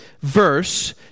verse